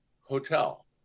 hotel